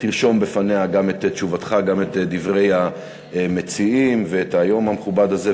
תרשום בפניה גם את תשובתך וגם את דברי המציעים ואת היום המכובד הזה,